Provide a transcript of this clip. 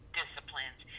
disciplines